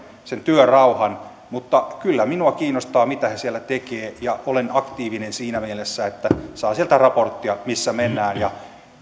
sen työrauhan mutta kyllä minua kiinnostaa mitä he siellä tekevät ja olen aktiivinen siinä mielessä että saan sieltä raporttia siitä missä mennään ja